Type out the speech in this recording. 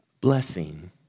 blessing